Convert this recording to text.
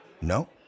No